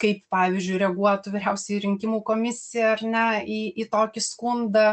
kaip pavyzdžiui reaguotų vyriausioji rinkimų komisija ar ne į į tokį skundą